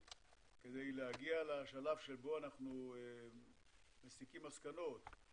כדי להגיע לשלב בו אנחנו מסיקים מסקנות,